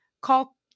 Call